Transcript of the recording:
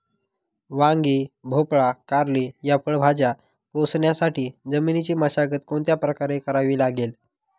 वांगी, भोपळा, कारली या फळभाज्या पोसण्यासाठी जमिनीची मशागत कोणत्या प्रकारे करावी लागेल?